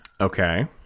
Okay